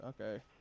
Okay